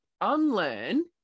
unlearn